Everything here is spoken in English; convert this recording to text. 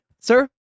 sir